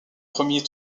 premier